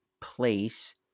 place